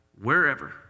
wherever